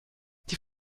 die